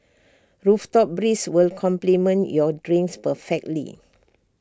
rooftop breeze will complement your drinks perfectly